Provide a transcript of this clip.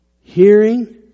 hearing